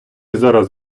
зараз